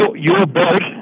your boat,